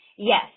Yes